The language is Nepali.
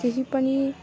केही पनि